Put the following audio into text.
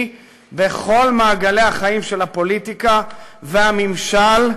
בכל מעגלי החיים של הפוליטיקה והממשל,